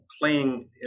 playing